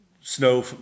snow